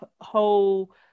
whole